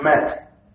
met